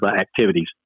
activities